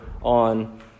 on